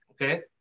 Okay